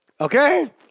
okay